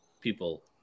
people